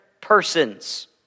persons